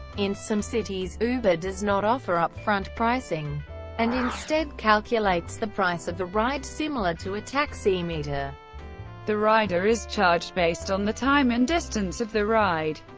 in some cities, uber does not offer upfront pricing and instead calculates the price of a ride similar to a taximeter the rider is charged based on the time and distance of the ride.